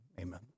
amen